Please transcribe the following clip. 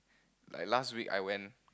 like last week I went